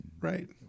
Right